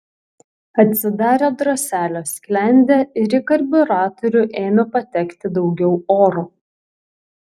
atsidarė droselio sklendė ir į karbiuratorių ėmė patekti daugiau oro